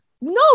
No